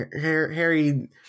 harry